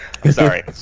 Sorry